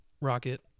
Rocket